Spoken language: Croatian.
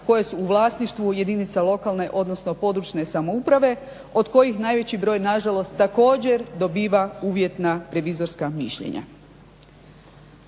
koje su u vlasništvu jedinica lokalne odnosno područne samouprave od kojih najveći broj nažalost također dobiva uvjetna revizorska mišljenja.